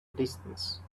distance